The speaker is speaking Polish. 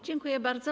Dziękuję bardzo.